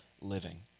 living